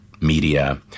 media